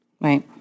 Right